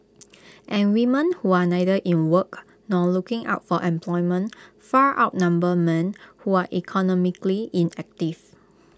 and women who are neither in work nor looking out for employment far outnumber men who are economically inactive